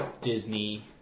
Disney